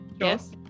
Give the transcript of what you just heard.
Yes